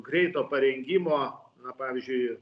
greito parengimo na pavyzdžiui